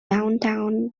downtown